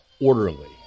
orderly